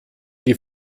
die